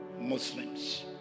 Muslims